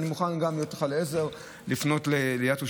אני מוכן גם להיות לך לעזר ולפנות לעיריית ירושלים.